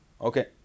Okay